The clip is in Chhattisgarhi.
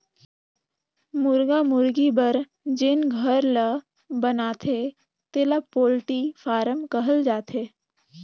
मुरगा मुरगी बर जेन घर ल बनाथे तेला पोल्टी फारम कहल जाथे